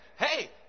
hey